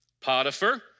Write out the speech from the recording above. Potiphar